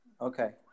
Okay